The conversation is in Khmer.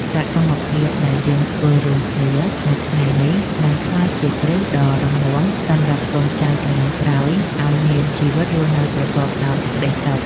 សកម្មភាពដែលយើងធ្វើរួមគ្នានៅថ្ងៃនេះនឹងក្លាយជាគ្រឹះដ៏រឹងមាំសម្រាប់កូនចៅជំនាន់ក្រោយឱ្យមានជីវិតរស់នៅប្រកបដោយសេចក្ដីសុខ។